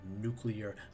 nuclear